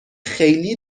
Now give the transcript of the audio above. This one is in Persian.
خیلی